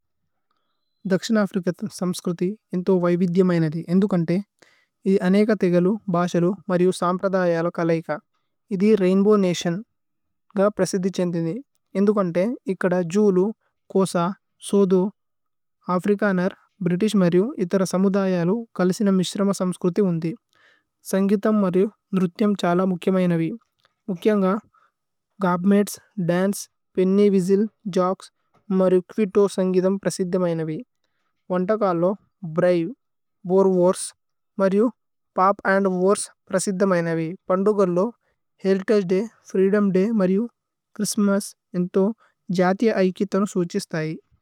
ദക്ശിന അഫ്രികഥമ് സമ്സ്ക്രുതി ഏന്ഥോ വൈവിധ്യമയ്നധി। ഏന്ഥുകന്തേ ഇഥി അനേഗഥേഗലു ബാശലു മര്യു സമ്പ്രദയലു। കലൈക ഇഥി രൈന്ബോവ് നതിഓന് ഗ പ്രസിധിഛേന്ദിനി ഏന്ഥുകന്തേ। ഇക്കദ ജേവ്ലു, കോസ, സോഥോ, അഫ്രികനര്, ഭ്രിതിശ് മര്യു। ഇഥര സമുദയലു കലിസിന മിശ്രമ സമ്സ്ക്രുതി ഉന്ധി। സന്ഗീഥമ് മര്യു ന്രുഥ്യമ് ഛല മുഖ്യമയ്നവി മുഖ്യമ്ഗ। ഗോപ്മേത്സ്, ദന്ചേ, പേന്ന്യ് വ്ഹിസ്ത്ലേ, ജോച്ക്സ് മര്യു ക്വിതോ। സന്ഗീഥമ് പ്രസിധമയ്നവി വോന്ദകാലോ ഭ്രവേ വര് വര്സ്। മര്യു പോപ് അന്ദ് വര്സ് പ്രസിധമയ്നവി അന്ദുഗരലോ। ഹേരിതഗേ ദയ് ഫ്രീദോമ് ദയ് മര്യു ഛ്ഹ്രിസ്ത്മസ് ഏന്ഥോ। ജഥിയ ഐകിഥന സൂഛിസ്തയി।